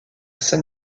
saint